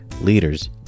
leaders